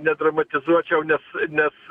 nedramatizuočiau nes nes